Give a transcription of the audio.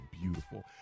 beautiful